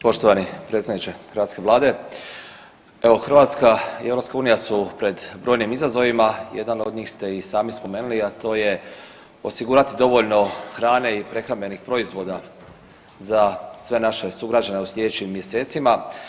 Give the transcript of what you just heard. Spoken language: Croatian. Poštovani predsjedniče hrvatske vlade, evo Hrvatska i EU su pred brojnim izazovima, jedan od njih ste i sami spomenuli, a to je osigurati dovoljno hrane i prehrambenih proizvoda za sve naše sugrađane u slijedećim mjesecima.